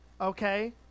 okay